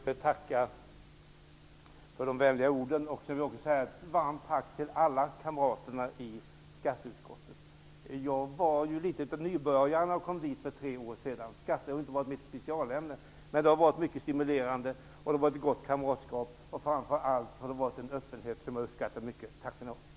Herr talman! Jag vill tacka för de vänliga orden, och jag vill också rikta ett varmt tack till alla kamrater i skatteutskottet. Jag var ju nybörjare när jag för tre år sedan kom till skatteutskottet. Skatter har inte varit mitt specialämne. Men arbetet har varit mycket stimulerande, och kamratskapet har varit gott. Framför allt har det rått en öppenhet som jag uppskattar mycket. Tack skall ni ha.